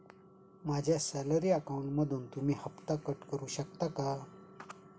माझ्या सॅलरी अकाउंटमधून तुम्ही हफ्ता कट करू शकता का?